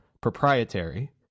proprietary